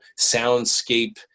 soundscape